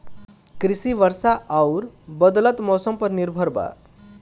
कृषि वर्षा आउर बदलत मौसम पर निर्भर बा